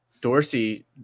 Dorsey –